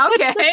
okay